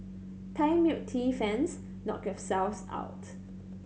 Thai milk tea fans knock yourselves out